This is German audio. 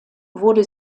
wurde